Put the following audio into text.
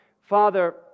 Father